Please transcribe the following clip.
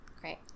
Great